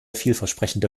vielversprechende